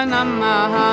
Namah